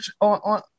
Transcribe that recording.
on